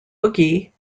boogie